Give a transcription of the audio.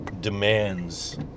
demands